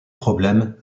problèmes